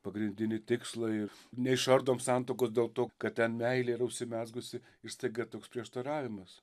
pagrindinį tikslą ir neišardom santuokos dėl to kad ten meilė yra užsimezgusi ir staiga toks prieštaravimas